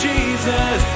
Jesus